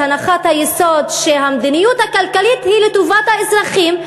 את הנחת היסוד שהמדיניות הכלכלית היא לטובת האזרחים,